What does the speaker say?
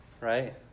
right